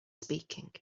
speaking